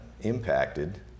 impacted